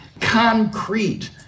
concrete